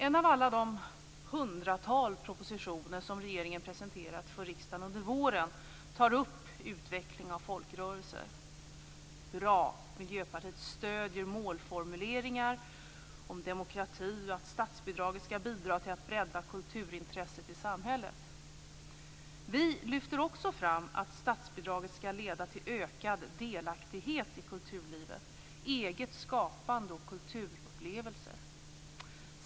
En av alla de hundratals propositioner som regeringen presenterat för riksdagen under våren tar upp utveckling av folkrörelser. Bra! Miljöpartiet stöder målformuleringar om demokrati och om att statsbidraget skall bidra till att bredda kulturintresset i samhället. Vi lyfter också fram att statsbidraget skall leda till ökad delaktighet i kulturlivet, eget skapande och kulturupplevelser.